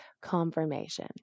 confirmation